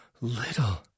little